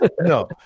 No